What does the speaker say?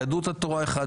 יהדות התורה אחד,